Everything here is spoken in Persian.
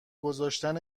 گذاشتن